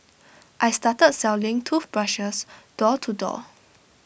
I started selling toothbrushes door to door